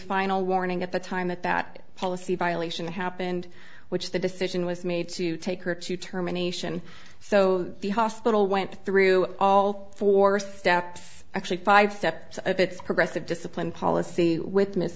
final warning at the time that that policy violation happened which the decision was made to take her to terminations so the hospital went through all four steps actually five steps up its progressive discipline policy wit